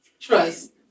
trust